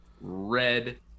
red